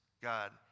God